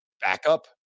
backup